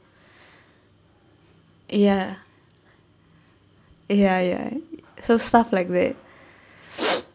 ya ya ya so stuff like that